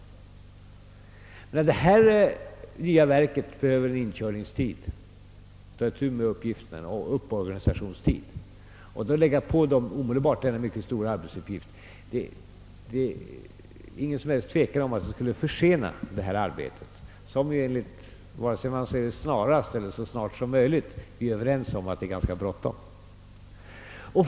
Det här nya verket behöver en inkörningstid för att ta itu med uppgifterna, och att då lägga på det denna mycket stora arbetsuppgift skulle utan tvekan försena arbetet som vi — antingen man säger »snarast» eller »så snart som möjligt) — är överens om är ganska brådskande.